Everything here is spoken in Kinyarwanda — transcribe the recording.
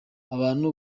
abantu